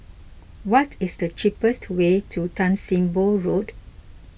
what is the cheapest way to Tan Sim Boh Road